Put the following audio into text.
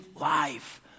life